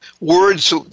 words